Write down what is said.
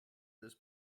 this